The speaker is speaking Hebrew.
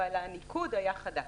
אבל הניקוד היה חדש.